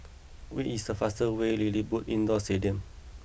what is the fastest way to LilliPutt Indoor stadium